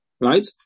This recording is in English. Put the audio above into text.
Right